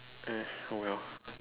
uh well